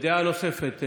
דעה נוספת,